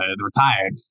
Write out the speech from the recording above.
Retired